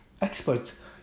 experts